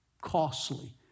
costly